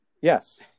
yes